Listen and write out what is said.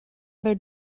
other